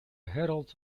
herald